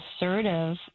assertive